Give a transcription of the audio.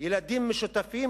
ילדים משותפים,